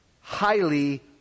Highly